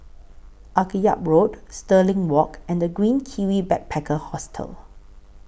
Akyab Road Stirling Walk and The Green Kiwi Backpacker Hostel